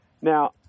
Now